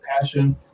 passion